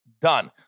done